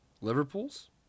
Liverpool's